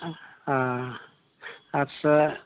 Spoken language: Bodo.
आस्सा